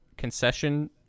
concession